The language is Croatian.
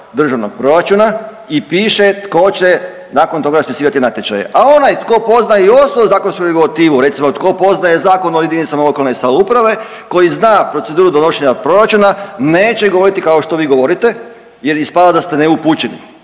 državnog proračuna i piše tko će nakon toga raspisivati natječaj. A onaj tko poznaje i osnovnu zakonsku regulativu, recimo tko poznaje Zakon o jedinicama lokalne samouprave, koji zna proceduru donošenja proračuna neće govoriti kao što vi govorite, jer ispada da ste neupućeni.